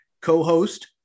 co-host